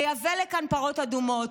לייבא לכאן פרות אדומות.